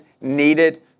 needed